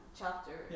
chapter